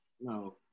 No